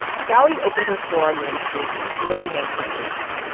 sally opened her store on main street in the early nineteen eighty s.